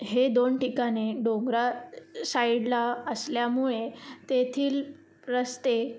ही दोन ठिकाणे डोंगराळ साइडला असल्यामुळे तेथील रस्ते